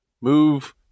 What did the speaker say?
Move